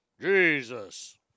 Jesus